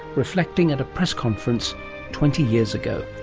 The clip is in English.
reflecting at a press conference twenty years ago,